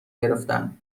گرفتن